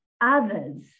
others